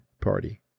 Party